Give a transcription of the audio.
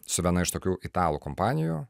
su viena iš tokių italų kompanijų